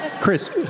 Chris